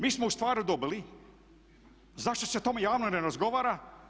Mi smo ustvari dobili, zašto se o tome javno ne razgovara?